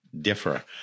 differ